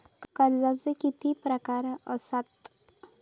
कर्जाचे किती प्रकार असात?